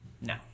no